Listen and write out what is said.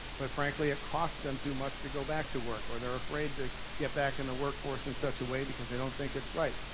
but frankly it costs them too much to go back to work, or they're afraid to get back in the workforce in such a way because they don't think it's right.